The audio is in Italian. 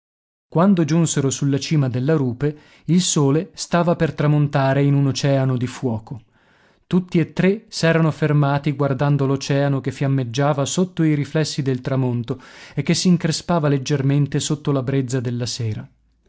quando giunsero sulla cima della rupe il sole stava per tramontare in un oceano di fuoco tutti e tre s'erano fermati guardando l'oceano che fiammeggiava sotto i riflessi del tramonto e che s'increspava leggermente sotto la brezza della sera